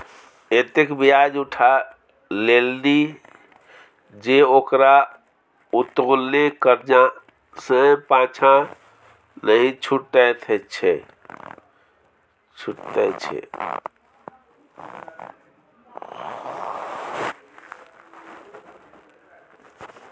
एतेक ब्याज उठा लेलनि जे ओकरा उत्तोलने करजा सँ पाँछा नहि छुटैत छै